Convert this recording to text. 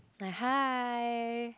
like hi